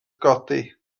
godi